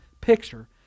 picture